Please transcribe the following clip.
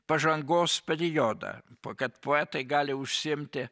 pažangos periodą kad poetai gali užsiimti